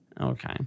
Okay